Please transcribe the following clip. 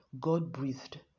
God-breathed